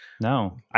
no